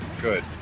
Good